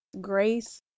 grace